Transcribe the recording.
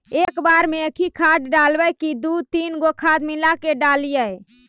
एक बार मे एकही खाद डालबय की दू तीन गो खाद मिला के डालीय?